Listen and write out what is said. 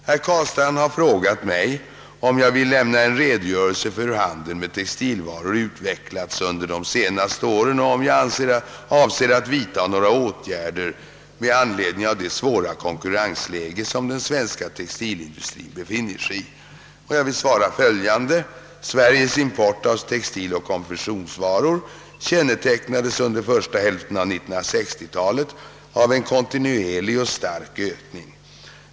Herr Carlstein har frågat, om jag vill lämna en redogörelse för hur handeln med textilvaror utvecklats under de senaste åren och om jag avser att vidta några åtgärder med anledning av det svåra konkurrensläge som den svenska textilindustrien befinner sig i. Jag vill svara följande. Sveriges import av textiloch konfektionsvaror kännetecknades under första hälften av 1960-talet av en kontinuerlig och stark ökning.